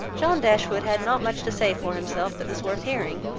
john dashwood had not much to say for himself that was worth hearing,